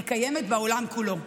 היא קיימת בעולם כולו.